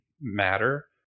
matter